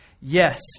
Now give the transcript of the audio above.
yes